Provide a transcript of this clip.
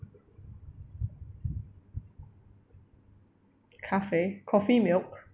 咖啡 coffee milk